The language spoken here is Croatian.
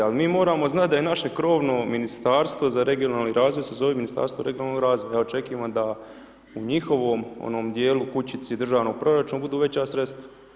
Ali mi moramo znati da je naše krovno ministarstvo za regionalni razvoj se zove Ministarstvo regionalnog razvoja, ja očekujem da u njihovom onom dijelu, kućici državni proračun budu veća sredstva.